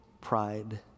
pride